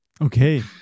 Okay